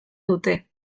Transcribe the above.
dute